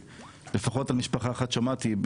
לפחות על משפחה אחת שמעתי,